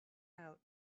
out